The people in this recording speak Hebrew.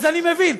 אז אני מבין.